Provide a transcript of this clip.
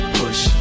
push